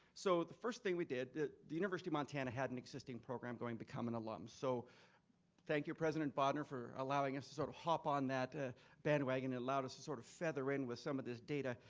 so the first thing we did, the the university of montana had an existing program going, become an alum. so thank you, president bodnar for allowing us to sorta hop on that bandwagon and allowed us to sort of tether and with some of this data.